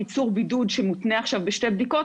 גם קיצור הבידוד שמותנה עכשיו בשתי בדיקות,